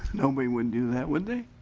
nobody would do that with a?